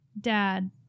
dad